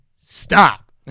stop